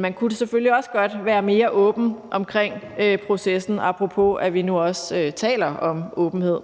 man kunne selvfølgelig også godt være mere åben omkring processen, apropos at vi nu også taler om åbenhed.